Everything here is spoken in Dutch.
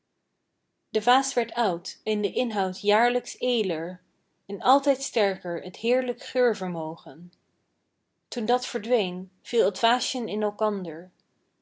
de vaas werd oud en de inhoud jaarlijks eêler en altijd sterker t heerlijk geurvermogen toen dat verdween viel t vaasjen in elkander